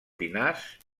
pinars